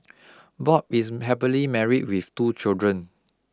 Bob is happily married with two children